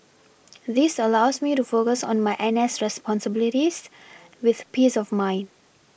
this allows me to focus on my N S responsibilities with peace of mind